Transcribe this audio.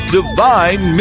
divine